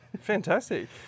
Fantastic